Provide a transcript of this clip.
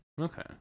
Okay